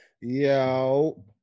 Yo